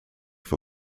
for